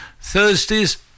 Thursdays